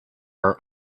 are